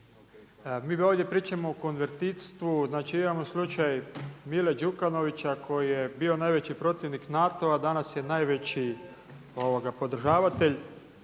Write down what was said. Mi ovdje pričamo o konvertitstvu, znači imamo slučaj Mile Đukanovića koji je bio najveći protivnik NATO-a, a danas je najveći podržavatelj.